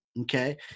Okay